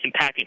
impacting